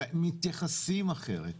מתייחסים אחרת.